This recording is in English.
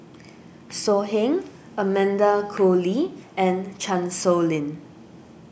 So Heng Amanda Koe Lee and Chan Sow Lin